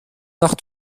nach